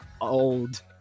old